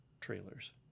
trailers